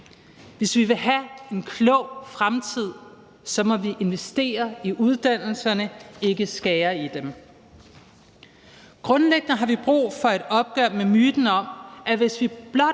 Hvis vi vil have en klog fremtid, må vi investere i uddannelserne, ikke skære i dem. Grundlæggende har vi brug for et opgør med myten om, at hvis vi blot